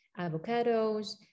avocados